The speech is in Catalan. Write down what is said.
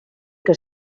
que